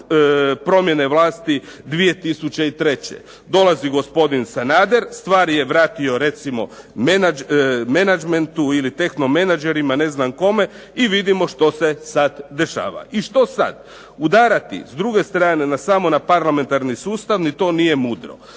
promjene vlasti 2003. Dolazi gospodin Sanader. Stvar je vratio recimo menadžmentu ili tehno menadžerima, ne znam kome i vidimo što se sad dešava. I što sad? Udarati s druge strane na samo na parlamentarni sustav ni to nije mudro.